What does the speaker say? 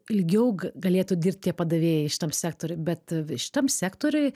ilgiau ga galėtų dirbt tie padavėjai šitam sektoriuj bet šitam sektoriuj